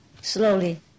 slowly